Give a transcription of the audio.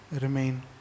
remain